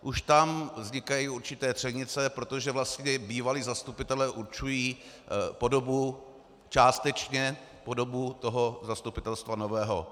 Už tam vznikají určité třenice, protože vlastně bývalí zastupitelé určují podobu částečně podobu zastupitelstva nového.